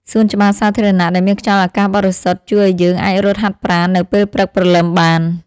សួនច្បារសាធារណៈដែលមានខ្យល់អាកាសបរិសុទ្ធជួយឱ្យយើងអាចរត់ហាត់ប្រាណនៅពេលព្រឹកព្រលឹមបាន។